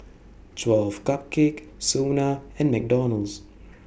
twelve Cupcakes Sona and McDonald's